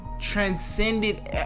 transcended